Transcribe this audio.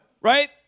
right